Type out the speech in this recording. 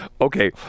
Okay